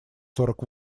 сорок